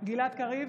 גלעד קריב,